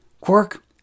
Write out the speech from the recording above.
Quark